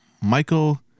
Michael